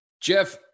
Jeff